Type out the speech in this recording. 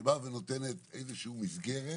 שבאה ונותנת איזושהי מסגרת